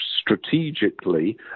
strategically